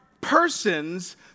Persons